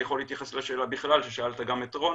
אני יכול להתייחס לשאלה בכלל ששאלת גם את רון.